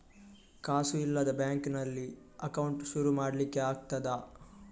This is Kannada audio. ಕಾಸು ಇಲ್ಲದ ಬ್ಯಾಂಕ್ ನಲ್ಲಿ ಅಕೌಂಟ್ ಶುರು ಮಾಡ್ಲಿಕ್ಕೆ ಆಗ್ತದಾ?